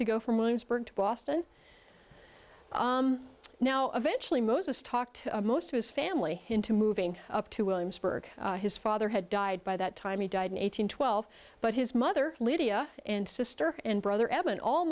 to go from williamsburg to boston now eventually moses talked most of his family into moving up to williamsburg his father had died by that time he died eight hundred twelve but his mother lydia and sister and brother evan all